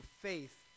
faith